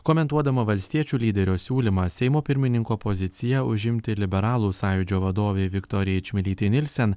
komentuodama valstiečių lyderio siūlymą seimo pirmininko poziciją užimti liberalų sąjūdžio vadovei viktorijai čmilytei nilsen